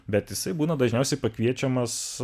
bet jisai būna dažniausiai pakviečiamas